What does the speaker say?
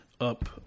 Up